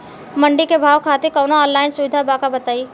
मंडी के भाव खातिर कवनो ऑनलाइन सुविधा बा का बताई?